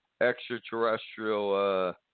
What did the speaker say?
extraterrestrial